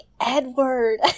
Edward